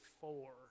four